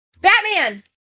Batman